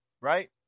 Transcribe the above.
right